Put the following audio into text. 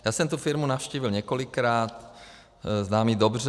Já jsem tu firmu navštívil několikrát, znám ji dobře.